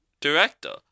director